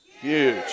huge